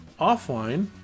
offline